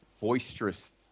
boisterous